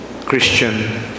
Christian